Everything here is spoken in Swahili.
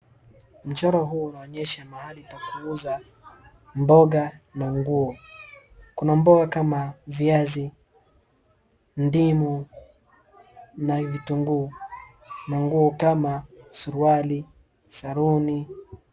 Mchoro huu unaonyesha mahali pa kuuza mboga na nguo. Kuna mboga kama viazi, ndimu na vitunguu na nguo kama suruali, saruni.